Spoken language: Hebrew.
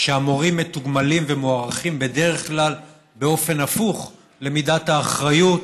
שהמורים מתוגמלים ומוערכים בדרך כלל באופן הפוך למידת האחריות